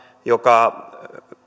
joka